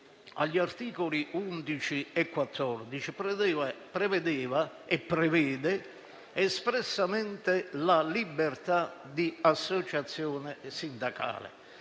agli articoli 11 e 14, prevedeva e prevede espressamente la libertà di associazione sindacale,